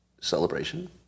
celebration